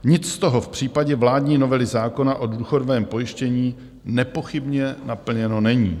Nic z toho v případě vládní novely zákona o důchodovém pojištění nepochybně naplněno není.